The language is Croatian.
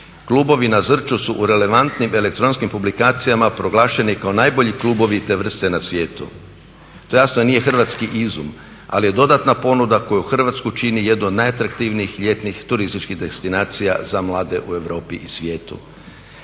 Klubovi na Zrću su u relevantnim elektronskim publikacijama proglašeni kao najbolji klubovi te vrste na svijetu. To jasno nije hrvatski izum ali je dodatna ponuda koja Hrvatsku čini jednom od najatraktivnijih ljetnih turističkih destinacija za mlade u Europi i svijetu.